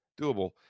doable